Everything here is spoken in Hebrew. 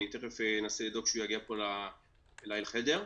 אני אנסה לדאוג שהוא יגיע אלי לחדר.